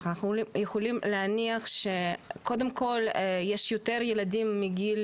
אנחנו יכולים להניח שיש יותר ילדים מגיל